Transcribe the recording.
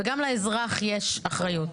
וגם לאזרח יש אחריות.